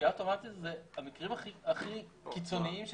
פקיעה אוטומטית, אלה המקרים הכי קיצוניים שאפשר.